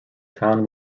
town